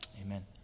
amen